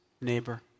neighbor